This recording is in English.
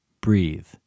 Breathe